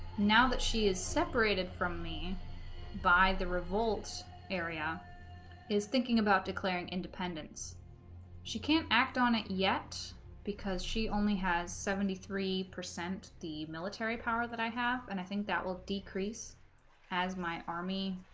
now that she is separated from me by the revolt area is thinking about declaring independence she can't act on it yet because she only has seventy three percent the military power that i have and i think that will decrease as my army